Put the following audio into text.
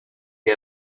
que